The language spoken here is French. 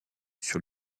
sur